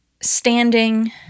standing